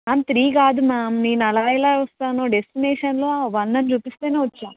ma'am three కాదు ma'am నేను అలా ఎలా వస్తాను డెస్టినేషన్లో వన్ అని చూపిస్తే వచ్చాను